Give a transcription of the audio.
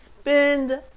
spend